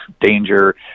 danger